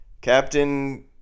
Captain